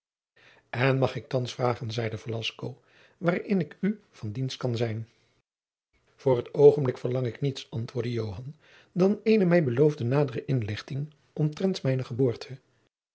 en mag ik thands vragen zeide velasco waarin ik u van dienst kan zijn voor t oogenblik verlang ik niets antwoordde joan dan eene mij beloofde nadere inlichting omtrent mijne geboorte